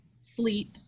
sleep